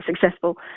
successful